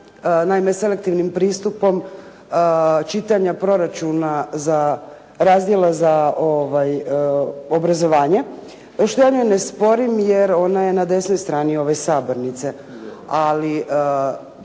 naime selektivnim pristupom čitanja proračuna za, razdjela za obrazovanje. Pošto ja njoj ne sporim jer ona je na desnoj strani ove sabornice, ali